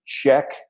check